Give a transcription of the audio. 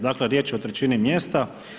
Dakle, riječ je o trećini mjesta.